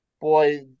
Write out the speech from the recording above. boy